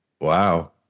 Wow